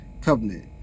covenant